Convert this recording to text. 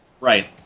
Right